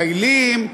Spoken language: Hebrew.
הם מטיילים,